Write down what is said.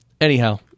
Anyhow